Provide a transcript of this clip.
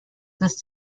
this